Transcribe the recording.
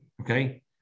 Okay